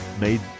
made